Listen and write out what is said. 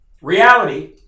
Reality